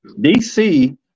DC